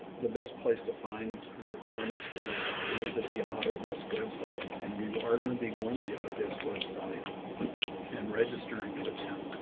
the best place to find the requirements for that is at the autodesk website. and you are going to be going to the autodesk website and registering with them,